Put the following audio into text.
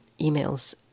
emails